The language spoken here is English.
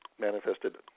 manifested